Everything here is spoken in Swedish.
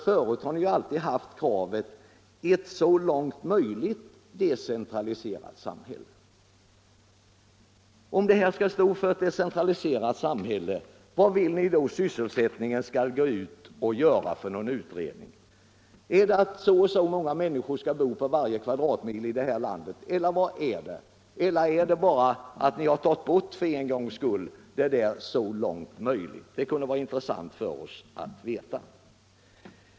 Förut har ni ju alltid talat om ett ”så långt möjligt” decentraliserat samhälle. Om det nu skall bli ett decentraliserat samhälle, vad vill ni då att sysselsättningsutredningen skall åstadkomma? Är det att så och så många människor skall bo på varje kvadratmil här i landet, eller vad är det? Kanske ni bara för en gångs skull har tagit bort det där ”så långt möjligt”. Det skulle vara intressant för oss att veta.